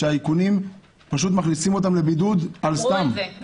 שהאיכונים מכניסים אותם לבידוד על סתם.